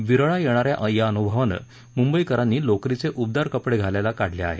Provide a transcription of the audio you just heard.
विरळा येणा या याअनुभवानं मुंबईकरांनी लोकरीचे उबदार कपडे घालायला काढले आहेत